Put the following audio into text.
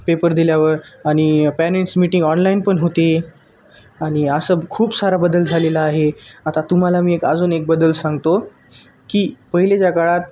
paper दिल्यावर आणि parents meeting online पण होते आणि असं खूप सारा बदल झालेला आहे आता तुम्हाला मी एक अजून एक बदल सांगतो की पहिलेच्या काळात